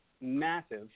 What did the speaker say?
massive